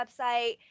website